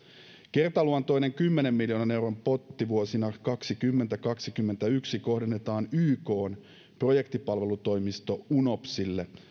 kertaluontoinen kymmenen miljoonan euron potti vuosina kaksikymmentä viiva kaksikymmentäyksi kohdennetaan ykn projektipalvelutoimisto unopsille